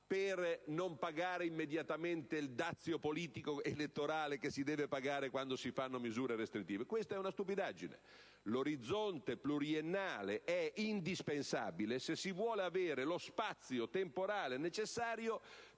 per non pagare immediatamente il dazio politico ed elettorale che si deve pagare quando si adottano misure restrittive. Questa è una stupidaggine. L'orizzonte pluriennale è indispensabile se si vuole avere lo spazio temporale necessario